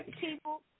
people